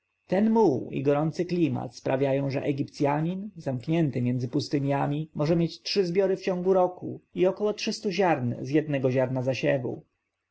ten muł i gorący klimat sprawia że egipcjanin zamknięty między pustyniami może mieć trzy zbiory w ciągu roku i około trzystu ziarn z jednego ziarna zasiewu